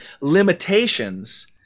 limitations